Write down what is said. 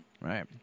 Right